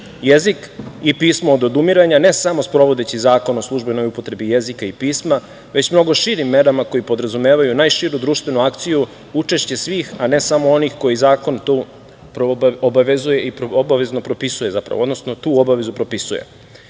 jezik i pismo od odumiranja, ne samo sprovodeći zakon o službenoj upotrebi jezika i pisma, već mnogo širim merama koje podrazumevaju najširu društvenu akciju, učešće svih, a ne samo onih koje zakon tu obavezuje